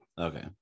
Okay